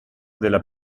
della